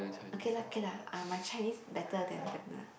okay lah okay lah uh my Chinese better than them lah